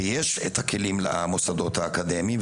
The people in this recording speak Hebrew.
ויש כלים במוסדות האקדמיים,